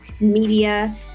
media